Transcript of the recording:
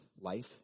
life